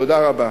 תודה רבה.